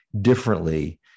differently